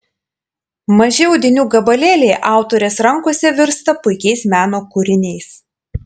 maži audinių gabalėliai autorės rankose virsta puikiais meno kūriniais